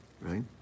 right